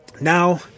Now